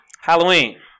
Halloween